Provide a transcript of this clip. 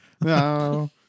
No